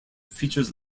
features